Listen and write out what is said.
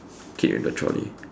kid with the trolley